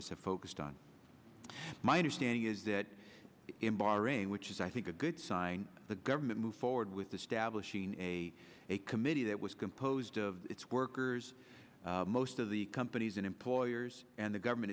us have focused on my understanding is that in bahrain which is i think a good sign the government moved forward with the stablish seen a a committee that was composed of its workers most of the companies and employers and the government